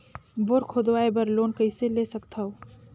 Bore खोदवाय बर loan कइसे ले सकथव?